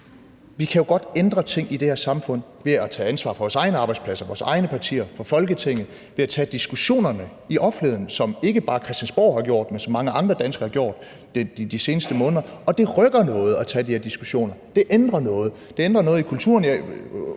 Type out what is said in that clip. Vi kan jo godt ændre ting i det her samfund ved at tage ansvar for vores egne arbejdspladser, for vores egne partier, for Folketinget og ved at tage diskussionerne i offentligheden, som ikke bare Christiansborg har gjort, men som mange andre danskere har gjort de seneste måneder. Og det rykker noget at tage de her diskussioner – det ændrer noget. Det ændrer noget i kulturen.